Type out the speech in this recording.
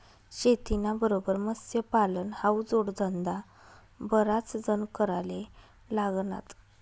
शेतीना बरोबर मत्स्यपालन हावू जोडधंदा बराच जण कराले लागनात